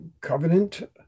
covenant